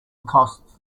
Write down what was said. costs